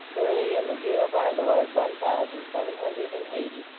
early in the year of our lord one thousand seven hundred and eighty,